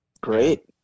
great